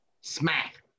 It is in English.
smack